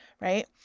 Right